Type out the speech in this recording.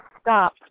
stop